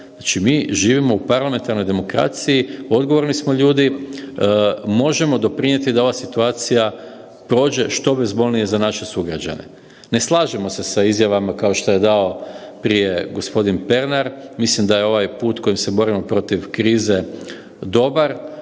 Znači mi živimo u parlamentarnoj demokraciji, odgovorni smo ljudi, možemo doprinijeti da ova situacija prođe što bezbolnije za naše sugrađane. Ne slažemo se sa izjavama kao što je dao prije gospodin Pernar mislim da je ovaj put kojim se borimo protiv krize dobar,